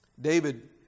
David